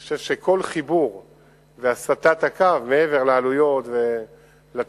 אני חושב שכל חיבור והסטת הקו מעבר לעלויות ולתכנון,